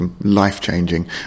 life-changing